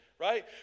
right